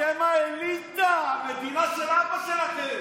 אתם אנטי-דמוקרטים.